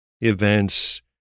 events